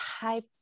type